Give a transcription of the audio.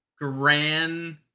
Grand